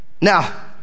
Now